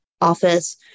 office